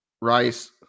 Rice